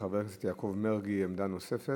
חבר הכנסת יעקב מרגי, עמדה נוספת.